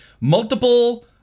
multiple